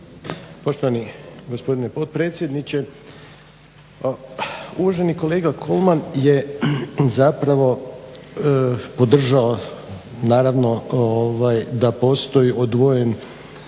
Poštovani gospodine potpredsjedniče. Uvaženi kolega KOlman je zapravo podržao naravno da postoji odvojeno